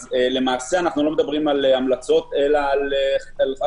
למעשה אנחנו לא מדברים על המלצות אלא על חובה.